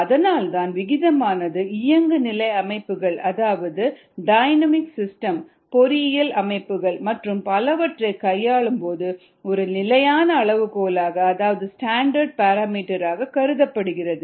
அதனால்தான் விகிதமானது இயங்குநிலை அமைப்புகள் அதாவது டைனமிக்ஸ் சிஸ்டம் பொறியியல் அமைப்புகள் மற்றும் பலவற்றைக் கையாளும் போது ஒரு நிலையான அளவுகோலாக அதாவது ஸ்டாண்டர்ட் பாராமீட்டர் ஆக கருதப்படுகிறது